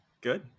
Good